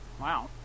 Wow